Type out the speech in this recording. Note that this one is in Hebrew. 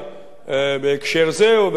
בהקשר זה או בהקשרים האחרים,